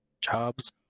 jobs